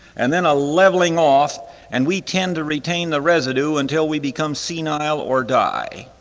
and then a leveling off and we tend to retain the residue until we become senile or die,